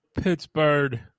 Pittsburgh